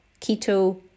keto